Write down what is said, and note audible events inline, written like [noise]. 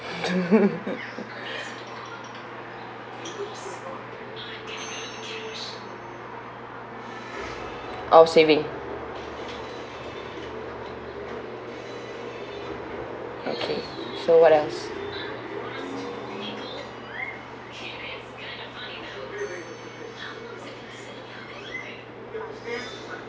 [laughs] out of saving okay so what else